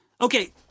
Okay